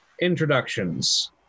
Introductions